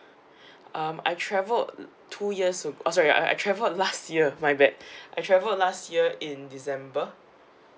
um I traveled two years ago uh sorry I I traveled last year my bad I travelled last year in december